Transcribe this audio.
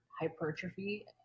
hypertrophy